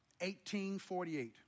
1848